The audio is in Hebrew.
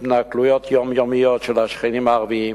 התנכלויות יומיומיות של השכנים הערבים.